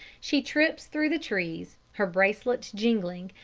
she trips through the trees, her bracelets jingling,